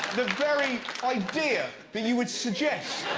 very idea that you would suggest